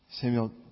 Samuel